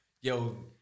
Yo